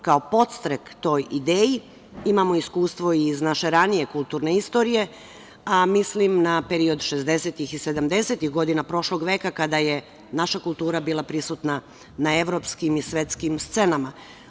Kao podstrek toj ideji, imamo iskustvo iz naše ranije kulturne istorije, a mislim na period šezdesetih i sedamdesetih godina prošlog veka kada je naša kultura bila prisutna na evropskim i svetskim scenama.